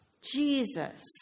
Jesus